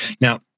Now